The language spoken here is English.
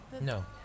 No